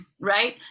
right